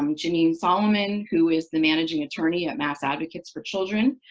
um janine solomon, who is the managing attorney at mass. advocates for children,